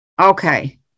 okay